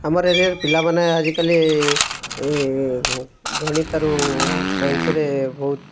ଆମର୍ ଏରିଆର୍ ପିଲାମାନେ ଆଜିକାଲି ଗଣିତ୍ ଆଉ ସାଇନ୍ସରେ ବହୁତ୍